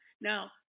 Now